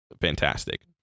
fantastic